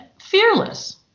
fearless